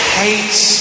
hates